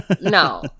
No